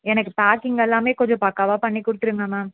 எனக்கு பேக்கிங் எல்லாமே கொஞ்சம் பக்காவாக பண்ணி கொடுத்துருங்க மேம்